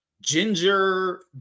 ginger